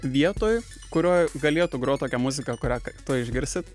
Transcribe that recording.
vietoj kurio galėtų grot tokią muziką kurią tuoj išgirsit